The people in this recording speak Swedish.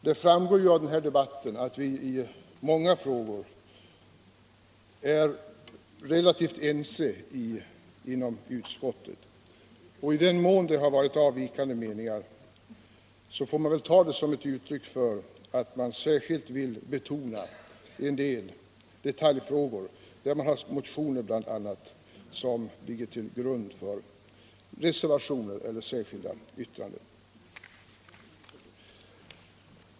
Det framgår av debatten att vi i många frågor är relativt ense inom utskottet. I den mån det har varit avvikande meningar får de väl tas som uttryck för att man särskilt vill betona en del detaljfrågor där man väckt motioner som ligger till grund för reservationer eller särskilda yttranden.